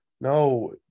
no